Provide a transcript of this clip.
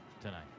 tonight